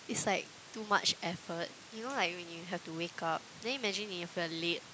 it's like too much effort you know like when you have to wake up then imagine if you are late